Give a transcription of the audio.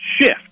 shift